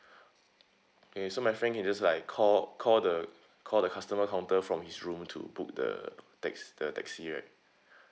okay so my friend can just like call call the call the customer counter from his room to book the taxi the taxi right